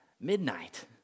Midnight